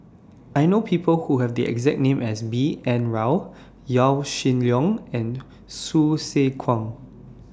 I know People Who Have The exact name as B N Rao Yaw Shin Leong and Hsu Tse Kwang